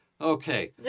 okay